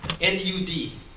N-U-D